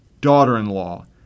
daughter-in-law